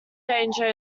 danger